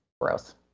gross